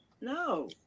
No